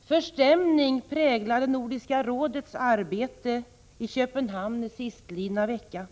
Förstämning präglade Nordiska rådets arbete i Köpenhamn sistlidna vecka.